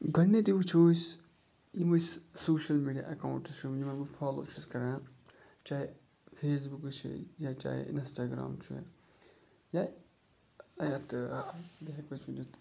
گۄڈٕنٮ۪تھٕے وٕچھو أسۍ یِم أسۍ سوشَل میٖڈیا اٮ۪کاوُنٛٹٕس چھِ یِمَن بہٕ فالو چھُس کَران چاہے فیس بُکٕس چھِ یا چاہے اِنَسٹاگرٛام چھُ یا یَتھ بیٚیہِ ہٮ۪کو أسۍ ؤنِتھ